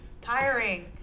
Tiring